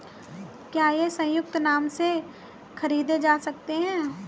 क्या ये संयुक्त नाम से खरीदे जा सकते हैं?